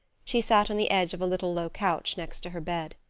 she sat on the edge of a little low couch next to her bed.